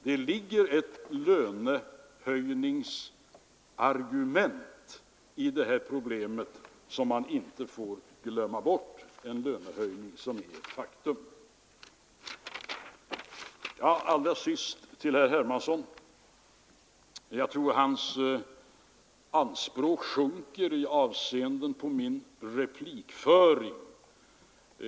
Det ligger ett lönehöjningsargument i det här problemet som man inte får glömma bort — en lönehöjning som är ett faktum. Allra sist vill jag säga till herr Hermansson att jag tror hans anspråk sjunker i avseende på min replikföring.